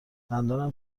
دندانم